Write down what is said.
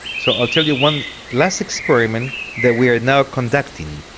so i'll tell you one last experiment that we are now conducting.